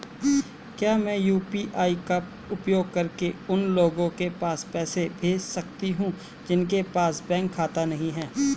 क्या मैं यू.पी.आई का उपयोग करके उन लोगों के पास पैसे भेज सकती हूँ जिनके पास बैंक खाता नहीं है?